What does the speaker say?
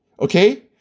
okay